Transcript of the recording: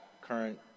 current